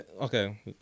Okay